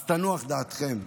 אז תנוח דעתכם,